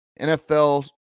NFL